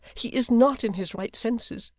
he is not in his right senses,